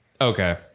Okay